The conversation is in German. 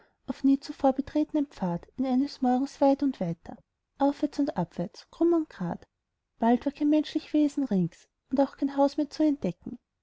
auf nie zuvor betretnem pfad ihn eines morgens weit und weiter aufwärts und abwärts krumm und grad bald war kein menschlich wesen rings und auch kein haus mehr zu entdecken